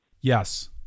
Yes